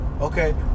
okay